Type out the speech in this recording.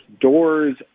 doors